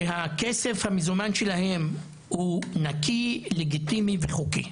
שהכסף המזומן שלהם הוא נקי, לגיטימי וחוקי.